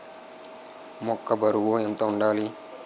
మొక్కొ బరువు ఎంత వుండాలి?